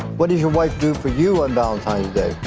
what does your wife do for you on valentine's day?